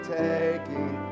taking